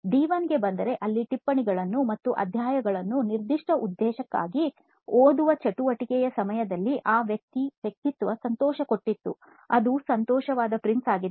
D 1 ಗೆ ಬಂದರೆ ಅಲ್ಲಿ ಟಿಪ್ಪಣಿಗಳನ್ನು ಮತ್ತು ಅಧ್ಯಾಯಗಳನ್ನು ನಿರ್ದಿಷ್ಟ ಉದ್ದೇಶಕ್ಕಾಗಿ ಓದುವ ಚಟುವಟಿಕೆಯ ಸಮಯದಲ್ಲಿ ಆ ವ್ಯಕ್ತಿತ್ವ ಸಂತೋಷಕೊಟ್ಟಿತ್ತು ಅದು ಸಂತೋಷವಾದ ಪ್ರಿನ್ಸ್ ಆಗಿದ್ದ